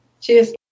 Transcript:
Cheers